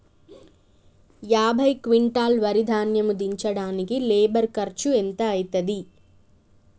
యాభై క్వింటాల్ వరి ధాన్యము దించడానికి లేబర్ ఖర్చు ఎంత అయితది?